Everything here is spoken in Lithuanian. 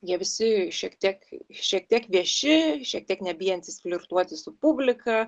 jie visi šiek tiek šiek tiek vieši šiek tiek nebijantys flirtuoti su publika